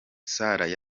sarah